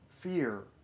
fear